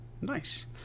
Nice